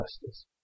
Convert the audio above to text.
justice